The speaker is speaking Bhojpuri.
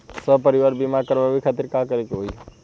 सपरिवार बीमा करवावे खातिर का करे के होई?